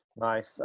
Nice